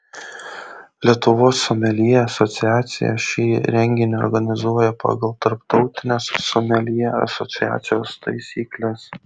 lietuvos someljė asociacija šį renginį organizuoja pagal tarptautines someljė asociacijos taisykles